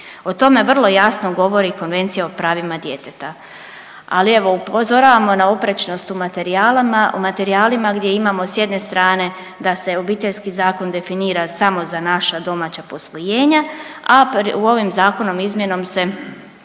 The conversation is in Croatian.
O tome vrlo jasno govori Konvencija o pravima djeteta. Ali evo upozoravamo na oprečnost u materijalima gdje imamo s jedne strane da se Obiteljski zakon definira samo za naše domaća posvojenja, a u ovim zakonom izmjenom se